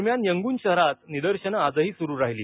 दरम्यान यंगून शहरात निदर्शनं आजही सुरू राहिली